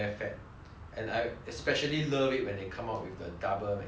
and I especially love it when they come up with the double mcspicy lah